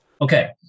Okay